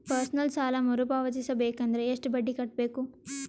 Personal ಸಾಲ ಮರು ಪಾವತಿಸಬೇಕಂದರ ಎಷ್ಟ ಬಡ್ಡಿ ಕಟ್ಟಬೇಕು?